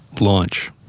launch